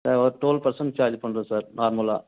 sir ஒரு twelve percent charge பண்ணுறோம் sir